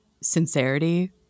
sincerity